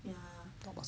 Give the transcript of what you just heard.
ya